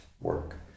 work